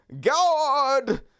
God